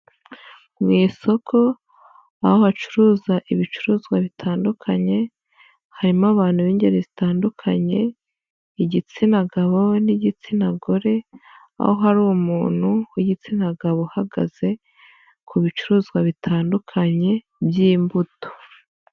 Mu isoko aho bacuruza ibicuruzwa bitandukanye harimo abantu b'ingeri zitandukanye igitsina gabo n'igitsina gore, aho hari umuntu w'igitsina gabo uhagaze ku bicuruzwa bitandukanye by'imbuto.